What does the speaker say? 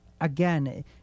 again